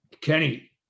Kenny